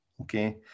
Okay